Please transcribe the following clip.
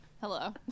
Hello